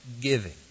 giving